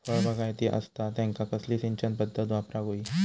फळबागायती असता त्यांका कसली सिंचन पदधत वापराक होई?